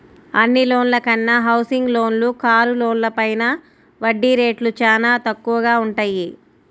అన్ని లోన్ల కన్నా హౌసింగ్ లోన్లు, కారు లోన్లపైన వడ్డీ రేట్లు చానా తక్కువగా వుంటయ్యి